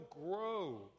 grow